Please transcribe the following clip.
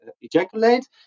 ejaculate